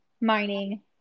mining